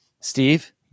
Steve